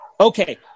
Okay